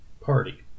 party